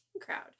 crowd